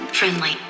Friendly